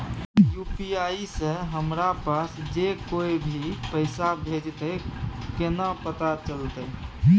UPI से हमरा पास जे कोय भी पैसा भेजतय केना पता चलते?